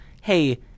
hey